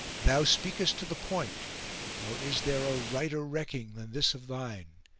thou speakest to the point nor is there a righter recking than this of thine,